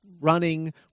running